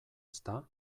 ezta